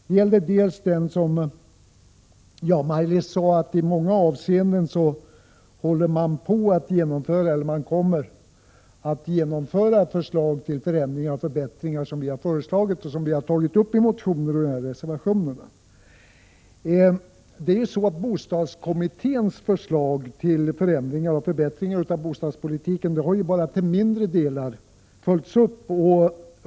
Maj-Lis Landberg sade att det i många avseenden håller på att genomföras eller kommer att genomföras förslag till förändringar och förbättringar som vi har tagit upp i motioner och i reservationerna. Det är ju så att bostadskommitténs förslag till förändringar och förbättringar av bostadspolitiken bara till mindre delar har följts upp.